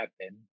happen